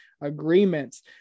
agreements